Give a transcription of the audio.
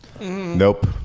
Nope